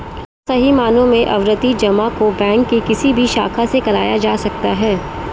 सही मायनों में आवर्ती जमा को बैंक के किसी भी शाखा से कराया जा सकता है